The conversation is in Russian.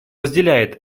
разделяет